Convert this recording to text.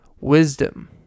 wisdom